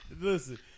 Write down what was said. Listen